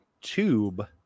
tube